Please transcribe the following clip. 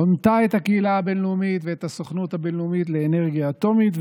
הונתה את הקהילה הבין-לאומית ואת הסוכנות הבין-לאומית לאנרגיה אטומית,